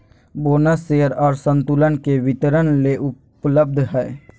bonus share और संतुलन के वितरण ले उपलब्ध हइ